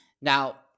Now